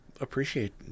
Appreciate